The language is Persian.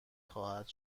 خواهد